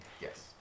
Yes